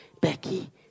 Becky